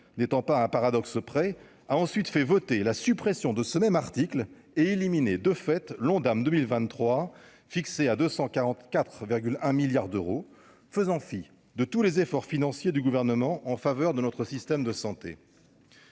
n'étant pas à un paradoxe près a ensuite fait voter la suppression de ce même article est éliminé de fait l'Ondam 2023, fixée à 244,1 milliards d'euros, faisant fi de tous les efforts financiers du gouvernement en faveur de notre système de santé.